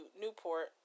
Newport